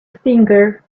stinker